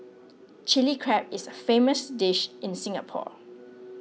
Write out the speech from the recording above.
Chilli Crab is a famous dish in Singapore